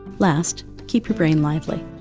last, keep your brain lively.